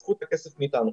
קחו את הכסף מאיתנו.